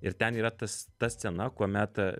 ir ten yra tas ta scena kuomet